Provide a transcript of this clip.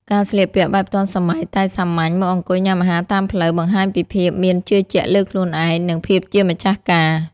ការស្លៀកពាក់បែបទាន់សម័យតែសាមញ្ញ មកអង្គុយញ៉ាំអាហារតាមផ្លូវ បង្ហាញពីភាពមានជឿជាក់លើខ្លួនឯង និងភាពជាម្ចាស់ការ។